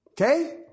Okay